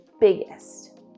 biggest